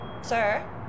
Sir